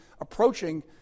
approaching